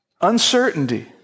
Uncertainty